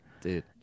Dude